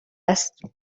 است